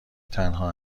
تنها